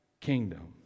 kingdom